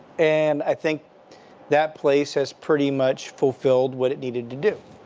and i think that place has pretty much fulfilled what it needed to do.